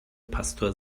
pastor